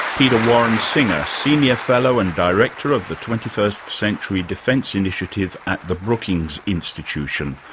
peter warren singer, senior fellow and director of the twenty first century defence initiative at the brookings institution,